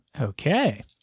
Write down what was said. Okay